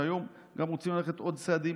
שהיום גם רוצים ללכת בו עוד צעדים,